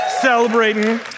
celebrating